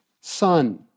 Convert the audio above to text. son